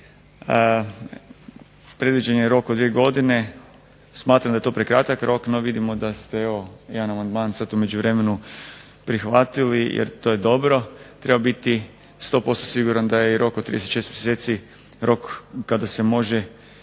Predviđen je rok od dvije godine, smatram da je to prekratak rok no vidimo da ste evo jedan amandman sad u međuvremenu prihvatili jer to je dobro. Treba biti 100% siguran da je i rok od 36 mjeseci rok kada se može